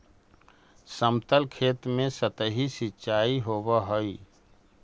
समतल खेत में सतही सिंचाई होवऽ हइ